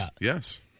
Yes